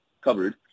covered